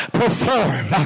perform